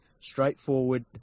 straightforward